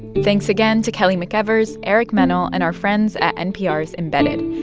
thanks again to kelly mcevers, eric mennel and our friends at npr's embedded.